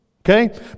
Okay